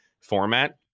format